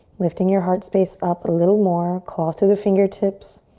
lifting your heart space up a little more. claw through the fingertips.